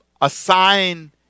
assign